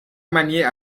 manier